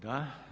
Da.